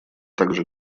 также